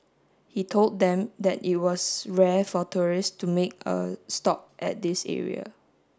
he told them that it was rare for tourists to make a stop at this area